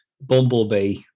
Bumblebee